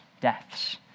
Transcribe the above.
deaths